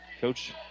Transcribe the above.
Coach